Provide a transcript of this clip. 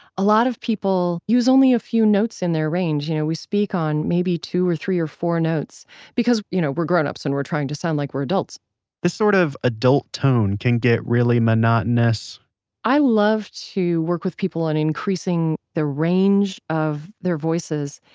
a lot of people use only a few notes in their range. you know we speak on maybe two or three or four notes because, you know, we're grownups and we're trying to sound like we're adults this sort of adult tone can get really monotonous i love to work with people on increasing the range of their voices,